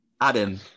Adam